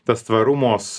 tas tvarumos